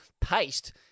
paste